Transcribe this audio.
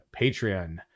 Patreon